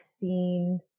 seen